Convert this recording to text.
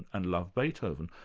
and love beethoven.